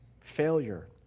failure